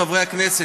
חברי הכנסת,